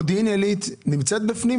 פרטנית לגבי בתי